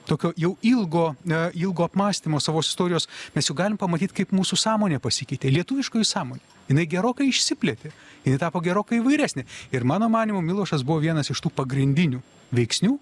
tokio jau ilgo ne ilgo apmąstymo savo istorijos mes jau galim pamatyt kaip mūsų sąmonė pasikeitė lietuviškoji sąmonė jinai gerokai išsiplėtė ji tapo gerokai įvairesnė ir mano manymu milošas buvo vienas iš tų pagrindinių veiksnių